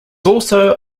also